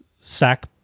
sack